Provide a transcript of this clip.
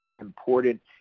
important